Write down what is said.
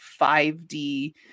5d